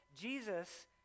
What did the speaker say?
Jesus